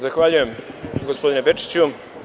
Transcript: Zahvaljujem, gospodine Bečiću.